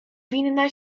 winna